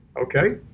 Okay